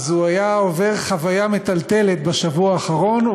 אז הוא היה עובר חוויה מטלטלת בשבוע האחרון,